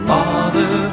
Father